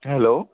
hello